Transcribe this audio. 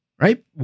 right